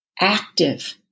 active